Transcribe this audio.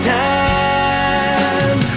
time